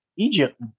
Egypt